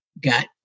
got